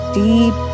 deep